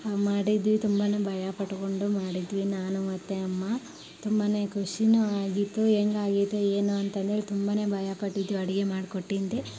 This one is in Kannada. ಮಾಡಿದ್ವಿ ತುಂಬನೆ ಭಯ ಪಟ್ಕೊಂಡು ಮಾಡಿದ್ವಿ ನಾನು ಮತ್ತು ಅಮ್ಮ ತುಂಬನೆ ಖುಷಿಯೂ ಆಗಿತ್ತು ಹೆಂಗಾಗಿತ್ತು ಏನು ಅಂತಂದು ಹೇಳಿ ತುಂಬನೆ ಭಯಪಟ್ಟಿದ್ವಿ ಅಡುಗೆ ಮಾಡಿ ಕೊಟ್ಟಿಂದು